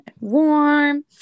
warm